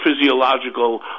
physiological